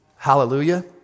hallelujah